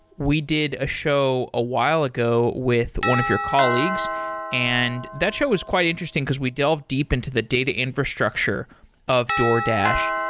we did a show a while ago with one of your colleagues and that show was quite interesting, because we delve deep into the data infrastructure of doordash.